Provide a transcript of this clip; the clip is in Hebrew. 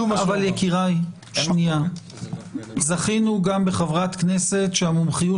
--- זכינו גם בחברת כנסת שהמומחיות